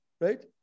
right